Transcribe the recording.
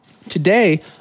Today